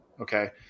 okay